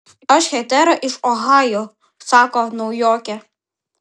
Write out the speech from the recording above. aš hetera iš ohajo sako naujokė